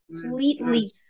completely